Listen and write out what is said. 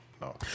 no